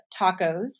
tacos